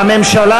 הממשלה